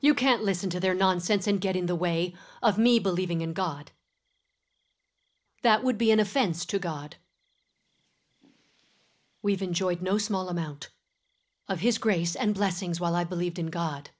you can't listen to their nonsense and get in the way of me believing in god that would be an offense to god we've enjoyed no small amount of his grace and blessings while i believed in god